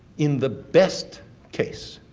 in the best case,